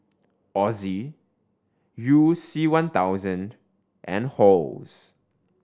Ozi You C One thousand and Halls